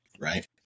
right